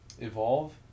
Evolve